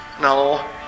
No